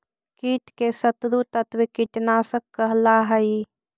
कीट के शत्रु तत्व कीटनाशक कहला हई